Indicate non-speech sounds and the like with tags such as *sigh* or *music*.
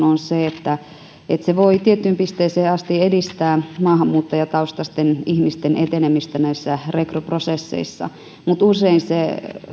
*unintelligible* on se että että se voi tiettyyn pisteeseen asti edistää maahanmuuttajataustaisten ihmisten etenemistä näissä rekryprosesseissa mutta usein se